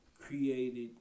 created